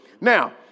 Now